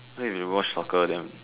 so if you watch soccer then